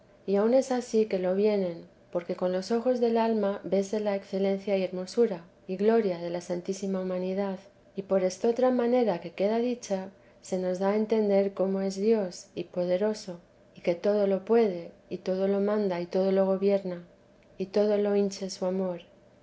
y aun es ansí que lo vienen porque con los ojos del alma vese la excelencia y hermosura y gloria de la santísima humanidad y por estotra manera que queda dicha se nos da a entender cómo es dios y poderoso y que todo lo puede y todo lo manda y todo lo gobierna y todo lo hinche su amor